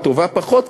או טובה פחות,